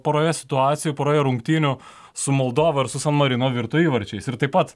poroje situacijų poroje rungtynių su moldova ar su san marino virto įvarčiais ir taip pat